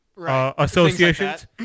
Associations